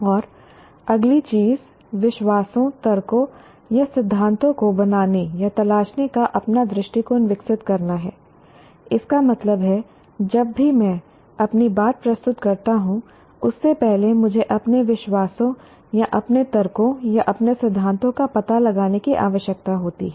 और अगली चीज विश्वासों तर्कों या सिद्धांतों को बनाने या तलाशने का अपना दृष्टिकोण विकसित करना है इसका मतलब है जब भी मैं अपनी बात प्रस्तुत करता हूं उससे पहले मुझे अपने विश्वासों या अपने तर्कों या अपने सिद्धांतों का पता लगाने की आवश्यकता होती है